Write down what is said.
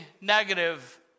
negative